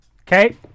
Okay